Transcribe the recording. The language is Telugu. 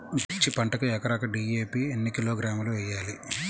మిర్చి పంటకు ఎకరాకు డీ.ఏ.పీ ఎన్ని కిలోగ్రాములు వేయాలి?